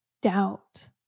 doubt